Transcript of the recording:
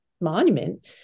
monument